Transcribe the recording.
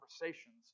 conversations